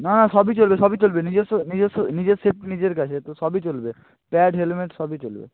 না সবই চলবে সবই চলবে নিজস্ব নিজস্ব নিজের সেফটি নিজের কাছে তো সবই চলবে প্যাড হেলমেট সবই চলবে